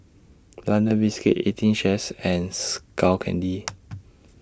London Biscuits eighteen Chef's and Skull Candy